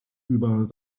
über